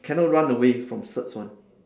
cannot run away from certs one